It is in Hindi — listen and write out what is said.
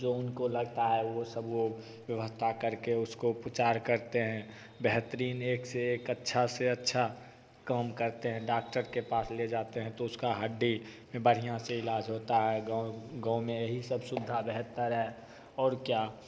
जो उनको लगता है वो सब वो व्यवस्था करके उसको प्रचार करते हैं बेहतरीन एक से एक अच्छा से अच्छा काम करते हैं डाक्टर के पास ले जाते हैं तो उसका हड्डी में बढ़िया से इलाज होता है गाँव गाँव में यही सब सुविधा बेहतर है और क्या